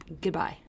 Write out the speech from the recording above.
goodbye